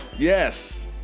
Yes